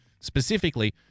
specifically